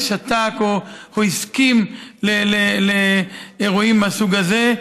שתק או הסכים לאירועים מהסוג הזה,